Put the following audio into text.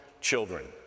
children